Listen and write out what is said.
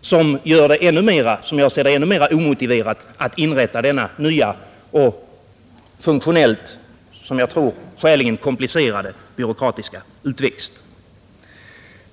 som enligt min mening gör det ännu mera omotiverat att inrätta denna nya och funktionellt ganska komplicerade byråkratiska utväxt.